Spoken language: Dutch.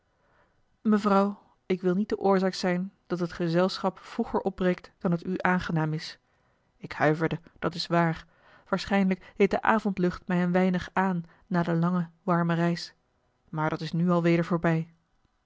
mevrouw ik wil niet de oorzaak zijn dat het gezelschap vroeger opbreekt dan het u aangenaam is ik huiverde dat is waar waarschijnlijk deed de avondlucht mij een weinig aan na de lange warme reis maar dat is nu al weder voorbij